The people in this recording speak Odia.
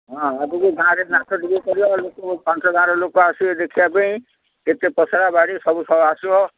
ହଁ ଆଗକୁ ଗାଁରେ ନାଚ ଟିକେ କରିବା ଲୋକଙ୍କୁ ପାଞ୍ଚ ଗାଁର ଲୋକ ଆସିବେ ଦେଖିବା ପାଇଁ କେତେ ପସରା ବାଡ଼ି ସବୁ ସବୁ ଆସିବ